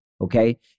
Okay